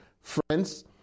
Friends